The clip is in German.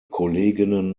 kolleginnen